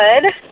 good